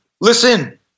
listen